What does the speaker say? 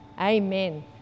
Amen